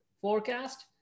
forecast